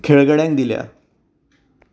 खेळगड्यांक दिल्या